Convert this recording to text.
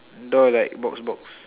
door like box box